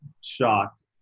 shocked